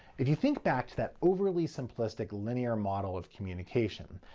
if you think back to that overly simplistic linear model of communication,